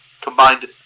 Combined